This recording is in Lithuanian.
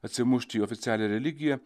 atsimušti į oficialią religiją